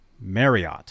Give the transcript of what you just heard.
Marriott